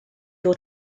your